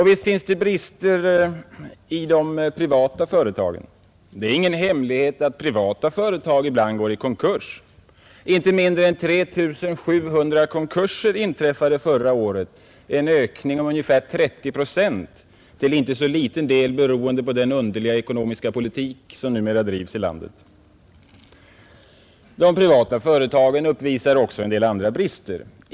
Visst finns det svaga privata företag. Det är ingen hemlighet att privata företag ibland går i konkurs. Inte mindre än 3 700 konkurser inträffade förra året, en ökning om ungefär 30 procent, till inte så liten del beroende på den underliga ekonomiska politik som numera förs i detta land. De privata företagen uppvisar ibland också andra nackdelar.